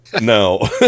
No